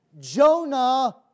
Jonah